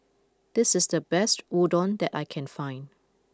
this is the best Udon that I can find